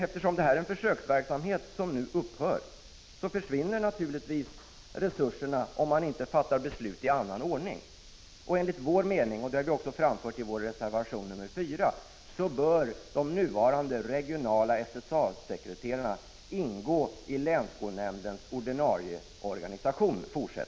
Eftersom detta är en försöksverksamhet som nu upphör, försvinner naturligtvis resurserna, om man inte fattar beslut i annan ordning. Enligt vår mening — och den har vi också framfört i reservation nr 4 — bör de nuvarande regionala SSA-sekreterarna fortsättningsvis ingå i länsskolnämndens ordinarie organisation.